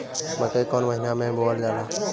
मकई कौन महीना मे बोअल जाला?